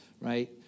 right